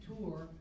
tour